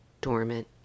dormant